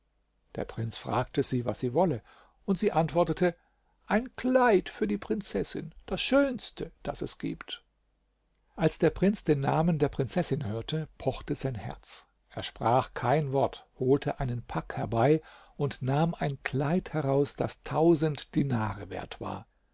der prinz fragte sie was sie wolle und sie antwortete ein kleid für die prinzessin das schönste das es gibt als der prinz den namen der prinzessin hörte pochte sein herz er sprach kein wort holte einen pack herbei und nahm ein kleid heraus das tausend dinare wert war